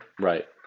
Right